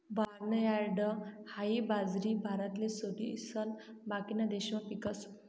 barnyard हाई बाजरी भारतले सोडिसन बाकीना देशमा पीकस